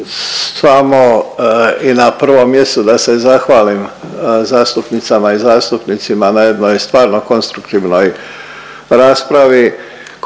i na prvom mjestu da se zahvalim zastupnicama i zastupnicima na jednoj stvarnoj konstruktivnoj raspravi